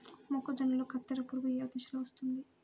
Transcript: మొక్కజొన్నలో కత్తెర పురుగు ఏ దశలో వస్తుంది?